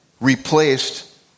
replaced